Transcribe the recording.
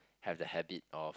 have the habit of